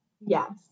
Yes